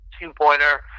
two-pointer